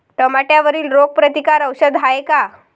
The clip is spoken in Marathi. टमाट्यावरील रोग प्रतीकारक औषध हाये का?